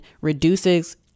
reduces